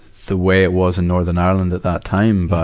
the way it was in northern ireland at that time, but